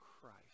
Christ